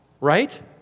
Right